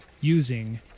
using